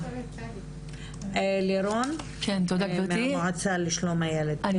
לירון מהמועצה לשלום הילד.